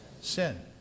Sin